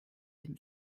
dem